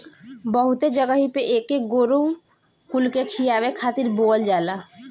बहुते जगही पे एके गोरु कुल के खियावे खातिर बोअल जाला